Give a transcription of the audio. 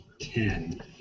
ten